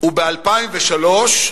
ב-2003,